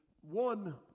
one